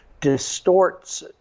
distorts